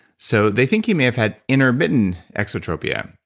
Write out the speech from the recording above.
so they think he may have had intermittent exotropia,